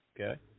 Okay